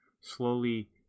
slowly